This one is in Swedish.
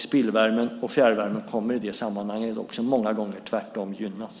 Spillvärmen och fjärrvärmen kommer i det sammanhanget också många gånger tvärtom att gynnas.